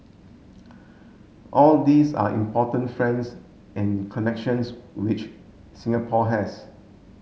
all these are important friends and connections which Singapore has